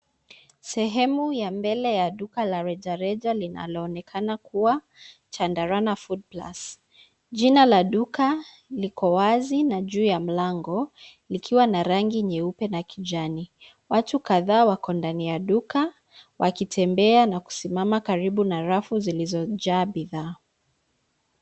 Sehemu ya mbele ya duka la rejareja linaloonekana kuwa Chandarana foodplus. Jina la duka liko wazi na juu ya mlango, likiwa na rangi nyeupe na kijani. Watu kadhaa wako ndani ya duka, wakitembea na kusimama karibu na rafu zilizojaa bidhaa.